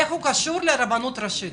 איך הוא קשור לרבנות ראשית?